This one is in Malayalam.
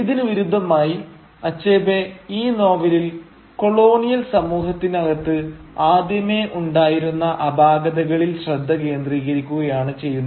ഇതിനു വിരുദ്ധമായി അച്ഛബേ ഈ നോവലിൽ കൊളോണിയൽ സമൂഹത്തിനകത്ത് ആദ്യമേ ഉണ്ടായിരുന്ന അപാകതകളിൽ ശ്രദ്ധ കേന്ദ്രീകരിക്കുകയാണ് ചെയ്യുന്നത്